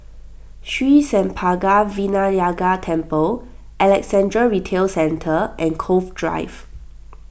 Sri Senpaga Vinayagar Temple Alexandra Retail Centre and Cove Drive